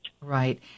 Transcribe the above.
Right